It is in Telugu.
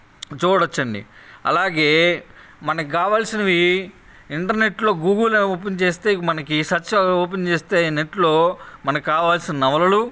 చూడవచ్చండి అలాగే మనకి కావాల్సినవి ఇంటర్నెట్లో గూగుల్ ఓపెన్ చేస్తే మనకి సెర్చ్ ఓపెన్ చేస్తే నెట్లో మనకి కావాల్సిన నవలలు